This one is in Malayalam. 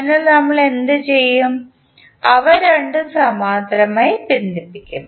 അതിനാൽ നമ്മൾ എന്തുചെയ്യും അവ രണ്ടും സമാന്തരമായി ബന്ധിപ്പിക്കും